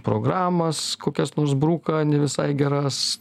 programas kokias nors bruka visai geras